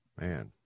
Man